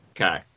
Okay